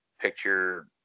picture